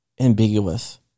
ambiguous